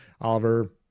Oliver